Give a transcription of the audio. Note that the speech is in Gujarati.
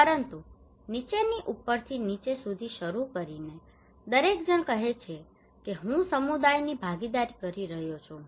પરંતુ નીચેથી ઉપરથી નીચે સુધી શરૂ કરીને દરેક જણ કહે છે કે હું સમુદાયની ભાગીદારી કરી રહ્યો છું